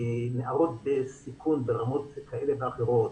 נערות בסיכון ברמות כאלה ואחרות,